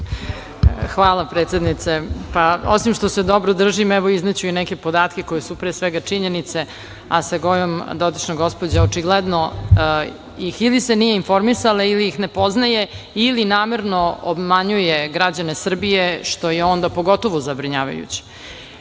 Hvala, predsednice. Osim što se dobro držim, evo izneću i neke podatke koji su pre svega činjenice, a sa kojom dotična gospođa očigledno ili se nije informisala ili ih ne poznaje ili namerno obmanjuje građane Srbije, što je onda pogotovo zabrinjavajuće. Pomenulo